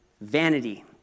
vanity